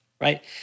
right